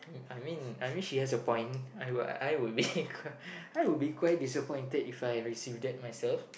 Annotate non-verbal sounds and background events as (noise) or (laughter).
I mean I mean she has a point I will I will be (laughs) I will be quite disappointed If I receive that myself